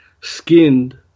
skinned